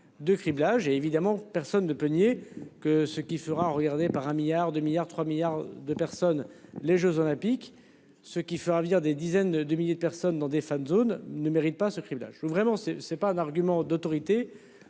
De criblage et évidemment personne ne peut nier que ce qui fera par 1 milliard 2 milliards, 3 milliards de personnes. Les Jeux olympiques, ce qui fera venir des dizaines de milliers de personnes dans des zones ne mérite pas ce tribunal, je suis vraiment c'est, c'est pas un argument d'autorité.